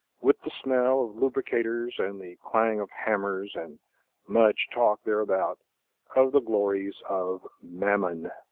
with the smell of lubricators and the clang of hammers, and much talk thereabout of the glories of mammon.